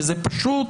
וזה פשוט